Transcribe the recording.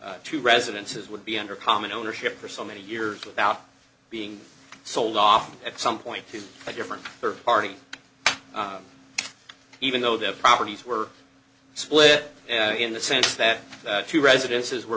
two residences would be under common ownership for so many years without being sold off at some point to a different party even though their properties were split in the sense that two residences were